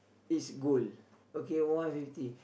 is good okay one fifty